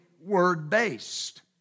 word-based